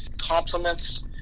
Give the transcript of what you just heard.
compliments